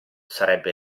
sarebbe